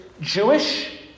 Jewish